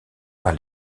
par